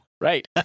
Right